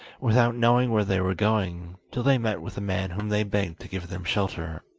without knowing where they were going, till they met with a man whom they begged to give them shelter.